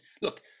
look